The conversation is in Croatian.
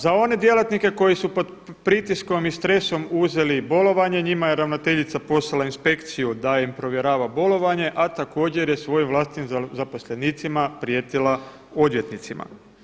Za one djelatnike koji su pod pritiskom i stresom uzeli bolovanje njima je ravnateljica poslala inspekciju da im provjerava bolovanje, a također je svojim vlastitim zaposlenicima prijetila odvjetnicima.